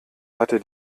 hatte